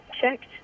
checked